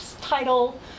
title